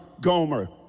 Gomer